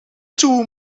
two